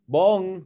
Bong